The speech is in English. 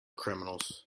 criminals